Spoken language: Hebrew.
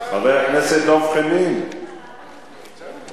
חבר הכנסת דב חנין, בבקשה.